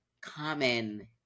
common